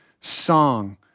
song